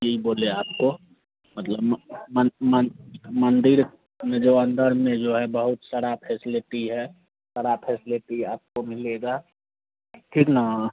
यही बोले आपको मतलब मं मं मंदिर में जो अंदर में जो है बहुत सारी फैसेलिटी है सारा फैसलेटी आपको मिलेगा फिर ना